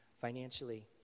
financially